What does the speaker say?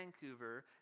Vancouver